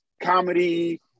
comedy